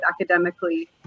academically